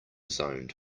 zoned